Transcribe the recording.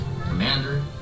commander